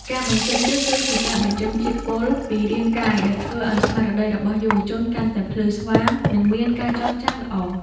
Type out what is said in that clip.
ការបញ្ចេញញើស គឺជាការបញ្ចេញជាតិពុលពីរាងកាយដែលធ្វើឱ្យស្មារតីរបស់យុវជនកាន់តែភ្លឺស្វាង និងមានការចងចាំល្អ។